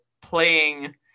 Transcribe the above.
playing